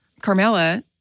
Carmela